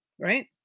Right